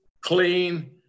clean